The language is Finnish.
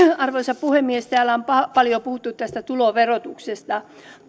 arvoisa puhemies täällä on paljon puhuttu tästä tuloverotuksesta